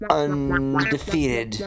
undefeated